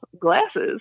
glasses